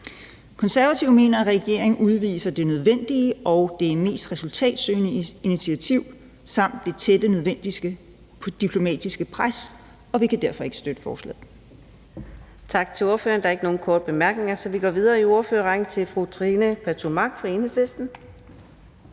Konservative mener, at regeringen udviser det nødvendige og mest resultatsøgende initiativ samt lægger det tætte, nødvendige diplomatiske pres, og vi kan derfor ikke støtte forslaget.